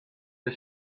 the